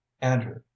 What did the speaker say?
andrew